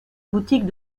boutique